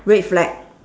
red flag